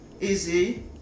easy